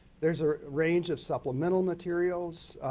there is a range of supplemental materials.